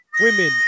women